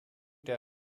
der